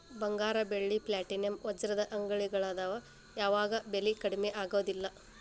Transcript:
ಬಂಗಾರ ಬೆಳ್ಳಿ ಪ್ಲಾಟಿನಂ ವಜ್ರದ ಅಂಗಡಿಗಳದ್ ಯಾವಾಗೂ ಬೆಲಿ ಕಡ್ಮಿ ಆಗುದಿಲ್ಲ